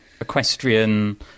equestrian